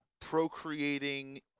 Procreating